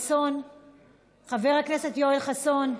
חבר הכנסת יואל חסון,